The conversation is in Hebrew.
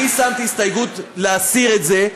אני שמתי הסתייגות להסיר את זה,